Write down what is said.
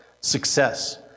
Success